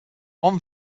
one